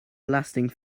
lasting